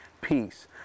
peace